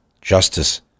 justice